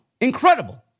Incredible